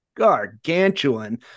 gargantuan